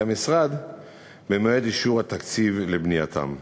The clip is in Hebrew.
המשרד במועד אישור התקציב לבנייתם.